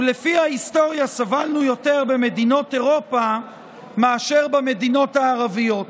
ולפי ההיסטוריה סבלנו יותר במדינות אירופה מאשר במדינות הערביות".